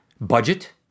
budget